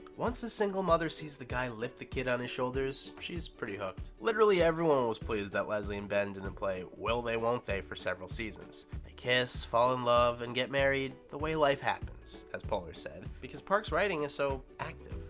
once a single mother sees the guy lift the kid on his shoulders, she's pretty hooked. literally everyone was pleased that leslie and ben didn't and play will they won't they for several seasons. they kiss, fall in love and get married the way life happens, as poehler said. because park's writing is so active.